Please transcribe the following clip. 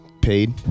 paid